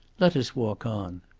let us walk on.